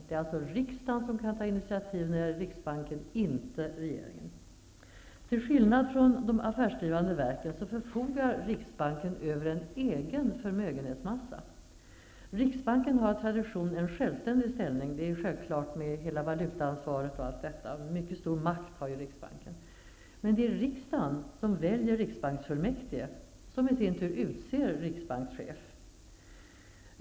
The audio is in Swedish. Det är alltså riksdagen som kan ta initiativ när det gäller riksbanken, inte regeringen. Till skillnad från de affärsdrivande verken förfogar riksbanken över en egen förmögenhetsmassa. Riksbanken har av tradition en självständig ställning -- det är självklart med hela valutaansvaret och allt detta -- och riksbanken har mycket stor makt, men det är riksdagen som väljer riksbanksfullmäktige, som i sin tur utser riksbankschef.